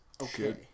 okay